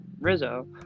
rizzo